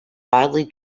widely